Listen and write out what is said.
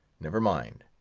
never mind.